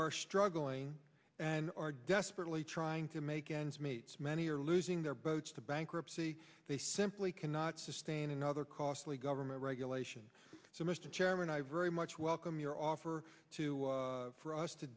are struggling and are desperately trying to make ends meet many are losing their boats to bankruptcy they simply cannot sustain another costly government regulation so mr chairman i very much welcome your offer to for us to